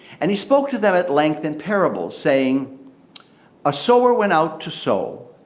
and he spoke to them at length in parables, saying a sower went out to sow.